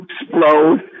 explode